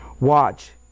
Watch